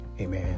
Amen